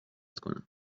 کنم